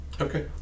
Okay